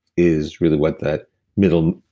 is really what that middle,